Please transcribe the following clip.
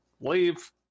leave